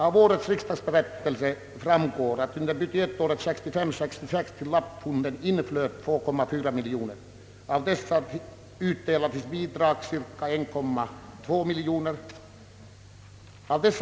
Av årets riksdagsberättelse framgår att under budgetåret 1965/66 till lappfonden inflöt drygt 2,4 miljoner kronor och att därav har utdelats bidrag med cirka 1,2 miljoner kronor.